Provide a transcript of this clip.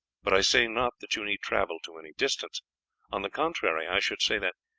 but i say not that you need travel to any distance on the contrary, i should say that,